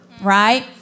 right